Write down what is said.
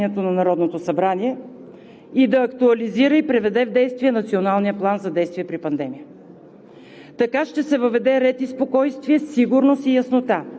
Първо, правителството да изпълни решението на Народното събрание и да актуализира и приведе в действие Националния план за действие при пандемия.